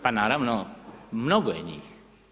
Pa naravno, mnogo je njih.